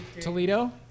Toledo